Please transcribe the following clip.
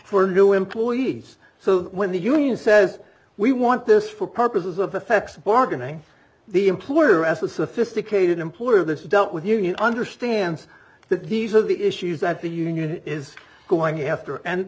for new employees so that when the union says we want this for purposes of effects bargaining the employer as a sophisticated employer that's dealt with the union understands that these are the issues that the union is going after and